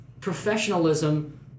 professionalism